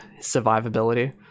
survivability